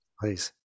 Please